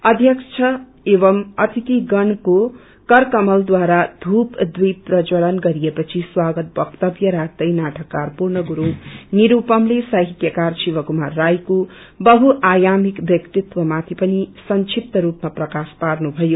अध्यक्ष एवं अतिथिगणको कर कमलद्वारा ध्यूप दीप प्रज्ज्वलन गरिएपछि स्वागत वक्तव्य राख्रै नाटककार पूर्ण गरूङ निनस्पमले साहित्यकार शिवकुमार राईको बहु आयामिक व्यक्तित्यमाथि पनि संबिप्त रूपमा प्रकाश पान्धयो